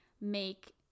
make